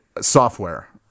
software